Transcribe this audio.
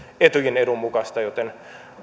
in edun mukaista joten